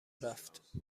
رفت